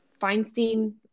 feinstein